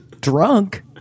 Drunk